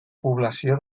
població